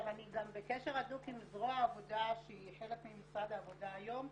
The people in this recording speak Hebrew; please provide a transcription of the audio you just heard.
אני גם בקשר הדוק עם זרוע העבודה שהיא חלק ממשרד העבודה היום,